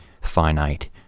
finite